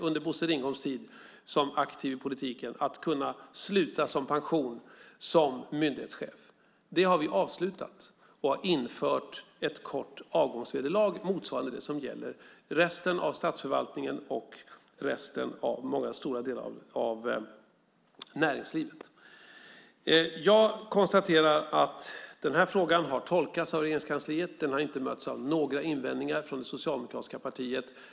Under Bosse Ringholms tid som aktiv i politik hade han eller hon kunnat räkna med att sluta med pension som myndighetschef. Det har vi avslutat. Vi har infört ett kort avgångsvederlag motsvarande det som gäller för resten av statsförvaltningen och stora delar av näringslivet. Jag konstaterar att den här frågan har tolkats av Regeringskansliet. Den har inte mötts av några invändningar från det socialdemokratiska partiet.